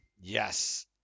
Yes